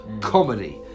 comedy